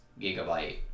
gigabyte